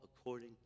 according